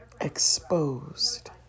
Exposed